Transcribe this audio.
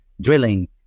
drilling